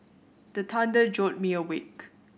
the thunder jolt me awake